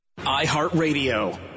iHeartRadio